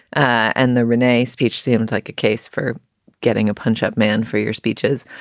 and the rene speech seems like a case for getting a punch up man for your speeches.